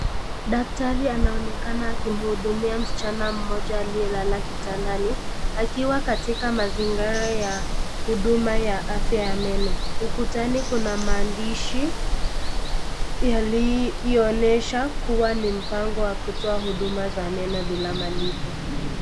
Daktari anaonekana akimhudumia msichana mmoja aliyelala kitandani akiwa katika mazingara ya huduma ya afya ya meno. Ukutani kuna maandishi yaliyoonyesha kuwa ni mpango wa kutoa huduma za meno bila malipo.